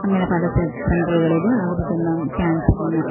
അങ്ങനെ പല സെൻട്രകളിൽ അവർ ചെന്ന് കേൻസറിന്